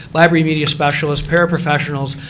library media specialists, paraprofessionals,